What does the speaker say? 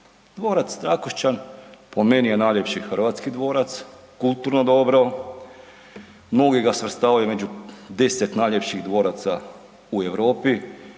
Dvorac Trakošćan po meni je najljepši hrvatski dvorac, kulturno dobro, mnogi ga svrstavaju među 10 najljepših dvoraca u Europi